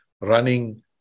running